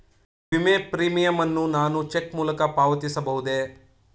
ವಿಮೆ ಪ್ರೀಮಿಯಂ ಅನ್ನು ನಾನು ಚೆಕ್ ಮೂಲಕ ಪಾವತಿಸಬಹುದೇ?